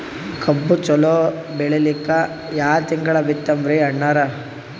ಕಬ್ಬು ಚಲೋ ಬೆಳಿಲಿಕ್ಕಿ ಯಾ ತಿಂಗಳ ಬಿತ್ತಮ್ರೀ ಅಣ್ಣಾರ?